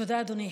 תודה, אדוני.